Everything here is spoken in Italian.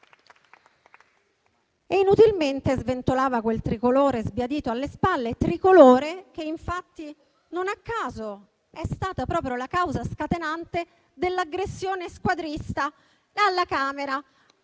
Inutilmente sventolava quel tricolore sbiadito alle spalle; tricolore che infatti, non a caso, è stata proprio la causa scatenante dell'aggressione squadrista alla Camera,